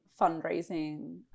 fundraising